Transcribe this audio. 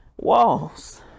Walls